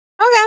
Okay